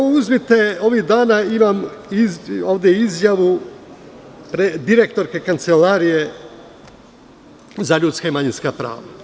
Ovih dana imam ovde izjavu direktorke Kancelarije za ljudska i manjinska prava.